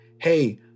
hey